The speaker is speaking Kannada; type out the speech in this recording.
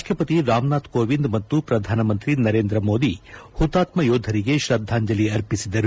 ರಾಷ್ಟಪತಿ ರಾಮನಾಥ್ ಕೋವಿಂದ್ ಮತ್ತು ಪ್ರಧಾನಮಂತ್ರಿ ನರೇಂದ್ರ ಮೋದಿ ಹುತಾತ್ಮ ಯೋಧರಿಗೆ ಶ್ರದ್ದಾಂಜಲಿ ಅರ್ಪಿಸಿದರು